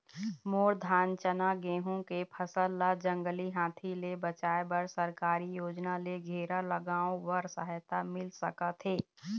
मोर धान चना गेहूं के फसल ला जंगली हाथी ले बचाए बर सरकारी योजना ले घेराओ बर सहायता मिल सका थे?